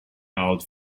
out